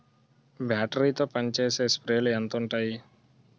Battery తో పనిచేసే స్ప్రేలు ఎంత ఉంటాయి?